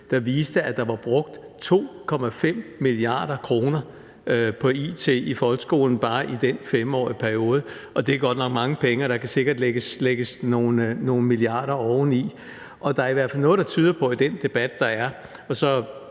der viste, at der var brugt 2,5 mia. kr på it i folkeskolen bare i den 5-årige periode. Det er godt nok mange penge, og der kan sikkert lægges nogle milliarder oveni. Der er i hvert fald noget i den debat, der er, der